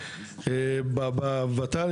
בות"ל,